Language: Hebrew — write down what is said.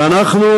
ואנחנו